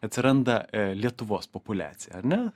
atsiranda lietuvos populiacija ar ne